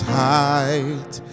height